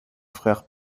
frère